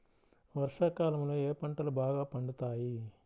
వర్షాకాలంలో ఏ పంటలు బాగా పండుతాయి?